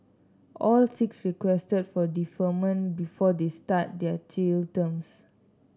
all six requested for deferment before they start their jail terms